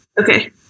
Okay